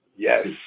Yes